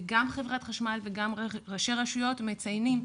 וגם חברת חשמל וגם ראשי רשויות מציינים,